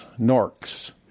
Norks